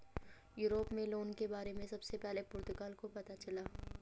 Europe में loan के बारे में सबसे पहले पुर्तगाल को पता चला